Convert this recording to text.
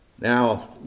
Now